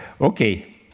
Okay